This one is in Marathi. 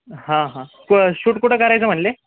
हां हां क शूट कुठं करायचं म्हणाले